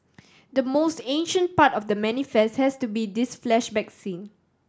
the most ancient part of The Manifest has to be this flashback scene